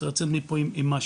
צריך לצאת מפה עם משהו.